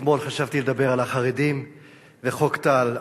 אתמול חשבתי לדבר על החרדים וחוק טל.